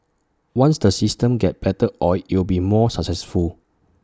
once the system gets better oiled IT will be more successful